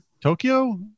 Tokyo